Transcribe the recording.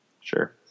Sure